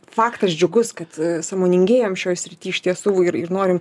faktas džiugus kad sąmoningėjam šioj srity iš tiesų ir norim